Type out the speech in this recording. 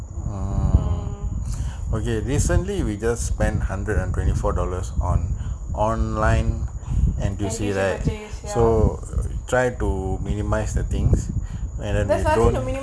!huh! okay recently we just spend hundred and twenty four dollars on online N_T_U_C right so try to minimise the things and we don't